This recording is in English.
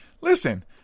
listen